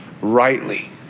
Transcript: rightly